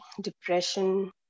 depression